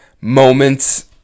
moments